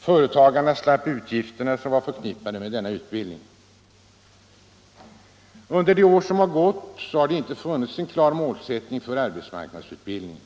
Företagarna slapp utgifterna som var förknippade med denna utbildning. Under de år som gått har det inte funnits en klar målsättning för arbetsmarknadsutbildningen.